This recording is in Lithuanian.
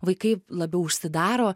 vaikai labiau užsidaro